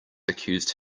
accused